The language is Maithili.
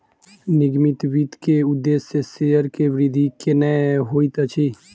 निगमित वित्त के उदेश्य शेयर के वृद्धि केनै होइत अछि